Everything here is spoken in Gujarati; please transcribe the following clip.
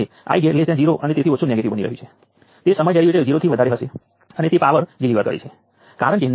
પરંતુ આપણે વિશ્લેષણના વ્યવસ્થિત વેવ્સ ઉપર જઈએ તે પહેલાં પ્રથમ આપણે શોધીશું કે તે શું છે જેને આપણે સોલ્વ કરવાનું છે